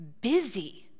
busy